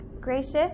Gracious